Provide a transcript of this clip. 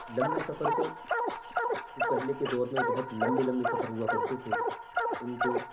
لمبے سفر کو جو پہلے کے دور میں بہت لمبے لمبے سفر ہوا کرتے تھے ان کو